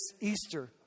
Easter